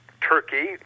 Turkey